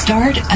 Start